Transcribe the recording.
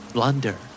Blunder